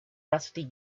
rusty